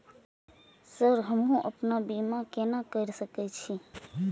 Sir हमू अपना बीमा केना कर सके छी?